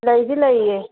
ꯂꯩꯗꯤ ꯂꯩꯌꯦ